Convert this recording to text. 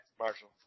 Marshall